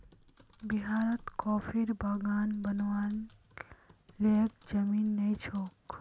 बिहारत कॉफीर बागान बनव्वार लयैक जमीन नइ छोक